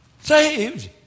Saved